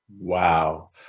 Wow